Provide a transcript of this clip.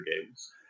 games